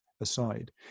aside